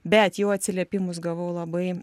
bet jau atsiliepimus gavau labai